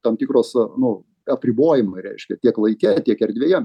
tam tikros nu apribojimai reiškia tiek laike tiek erdvėje